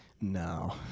No